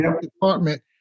department